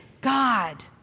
God